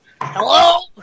Hello